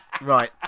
Right